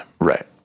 Right